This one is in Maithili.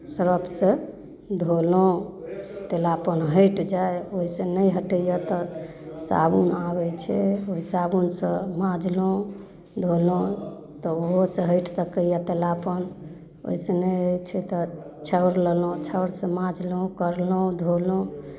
सर्फसँ धोलहुँ तेलापन हटि जाइ ओहिसँ नहि हटैए तऽ साबुन आबै छै ओहि साबुनसँ मँजलहुँ धोलहुँ तऽ ओहोसँ हटि सकैए तेलापन ओहिसँ नहि होइ छै तऽ छौर लेलहुँ छौरसँ मँजलहुँ करलहुँ धोलहुँ